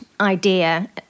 idea